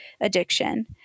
addiction